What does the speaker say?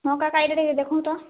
ଦେଖନ୍ତୁ ତ